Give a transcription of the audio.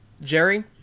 jerry